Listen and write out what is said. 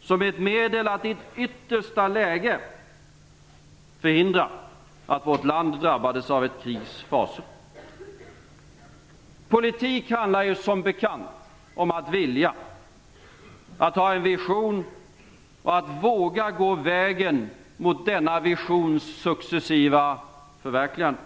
som ett medel att i ett yttersta läge förhindra att vårt land drabbades av ett krigs fasor. Politik handlar ju som bekant om att vilja, att ha en vision och att våga gå vägen mot denna visions successiva förverkligande.